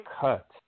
cut